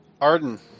Arden